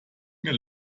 mir